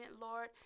Lord